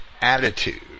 attitude